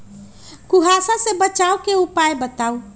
कुहासा से बचाव के उपाय बताऊ?